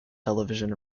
television